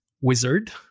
wizard